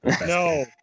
No